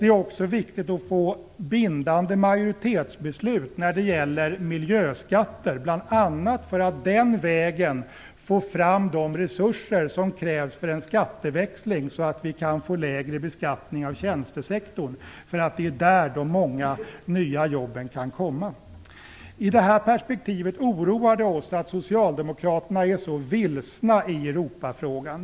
Det är också viktigt att få bindande majoritetsbeslut när det gäller miljöskatter, bl.a. för att den vägen få fram de resurser som krävs för en skatteväxling så att vi kan få lägre beskattning inom tjänstesektorn. Det är där de många nya jobben kan skapas. I det perspektivet oroar det oss att socialdemokraterna är så vilsna i Europafrågan.